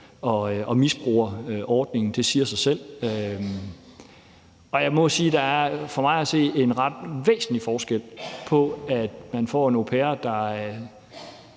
og misbruger ordningen. Det siger sig selv. Jeg må sige, at der for mig at se er en ret væsentlig forskel på, at man får en au pair, der